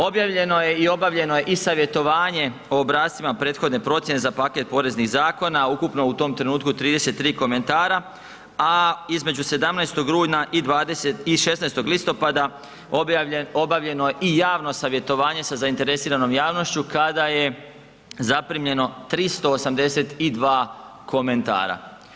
Objavljeno je i obavljeno je i e-savjetovanje po obrascima prethodne procjene za paket poreznih zakona, ukupno u tom trenutku 33 komentara a između 17. rujna i 16. listopada, obavljeno je i e-savjetovanje sa zainteresiranom javnošću kada je zaprimljeno 382 komentara.